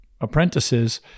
apprentices